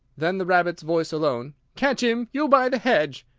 then the rabbit's voice alone catch him, you by the hedge!